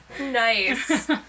Nice